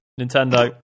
Nintendo